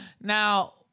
now